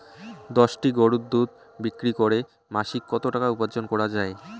দশটি গরুর দুধ বিক্রি করে মাসিক কত টাকা উপার্জন করা য়ায়?